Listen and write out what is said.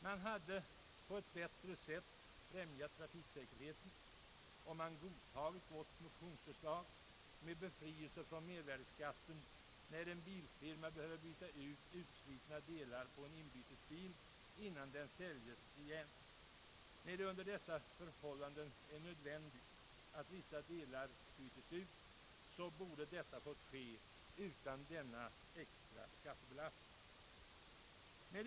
Man hade på ett bättre sätt främjat trafiksäkerheten om man godtagit vårt motionsförslag, innebärande befrielse från mervärdeskatt när en bilfirma behöver byta utslitna delar på en inbytesbil innan den säljs igen. När det är nödvändigt att vissa delar bytes ut borde detta ha fått ske utan extra skattebelastning.